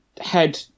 head